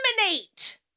eliminate